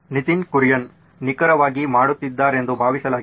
ನಿತಿನ್ ಕುರಿಯನ್ ನಿಖರವಾಗಿ ಮಾಡುತ್ತಿದ್ದಾರೆಂದು ಭಾವಿಸಲಾಗಿದೆ